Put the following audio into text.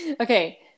Okay